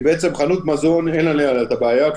כי חנות מזון אין עליה את הבעיה,